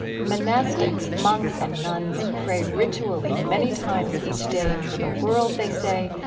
monastics, monks and nuns, pray ritually many times each day for the world, they say,